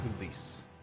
release